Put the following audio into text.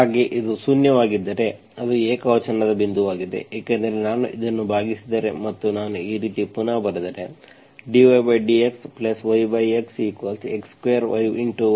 ಹಾಗಾಗಿ ಇದು ಶೂನ್ಯವಾಗಿದ್ದರೆ ಅದು ಏಕವಚನದ ಬಿಂದುವಾಗಿದೆ ಏಕೆಂದರೆ ನಾನು ಇದನ್ನು ಭಾಗಿಸಿದರೆ ಮತ್ತು ನಾನು ಈ ರೀತಿ ಪುನಃ ಬರೆದರೆ dydxyxx2y6